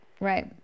Right